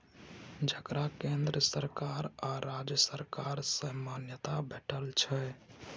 जकरा केंद्र सरकार आ राज्य सरकार सँ मान्यता भेटल छै